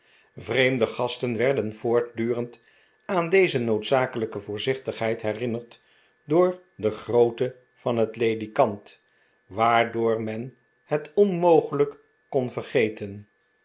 vreemde gasten werden voortdurend aan deze noodzakelijke voorzichtigheid herinnerd door de grootte van het ledikant waardoor men het onmogelijk kon vergeten